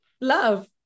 love